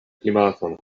klimaton